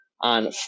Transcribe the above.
on